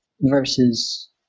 versus